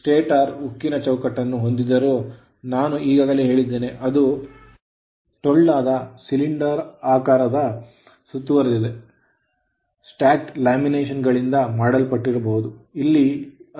stator ಉಕ್ಕಿನ ಚೌಕಟ್ಟನ್ನು ಹೊಂದಿದ್ದರೂ ನಾನು ಈಗಾಗಲೇ ಹೇಳಿದ್ದೇನೆ ಅದು ಟೊಳ್ಳಾದ ಸಿಲಿಂಡರಾಕಾರದ ವನ್ನು ಸುತ್ತುವರೆದಿದೆ ಸ್ಟ್ಯಾಕ್ಡ್ ಲ್ಯಾಮಿನೇಷನ್ ಗಳಿಂದ ಮಾಡಲ್ಪಟ್ಟಿರಬಹುದು ಇಲ್ಲಿ ಅದು ಉಕ್ಕಿನ ಭಾಗವಾಗಿದೆ